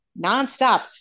nonstop